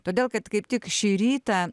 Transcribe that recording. todėl kad kaip tik šį rytą